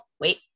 wait